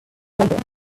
raiders